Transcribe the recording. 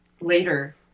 later